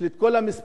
יש לי כל המספרים,